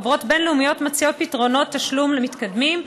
חברות בין-לאומיות מציעות פתרונות תשלום למתקדמים,